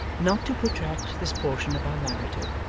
not to protract this portion of our narrative,